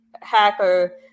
hacker